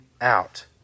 out